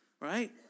right